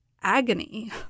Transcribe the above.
agony